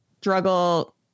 struggle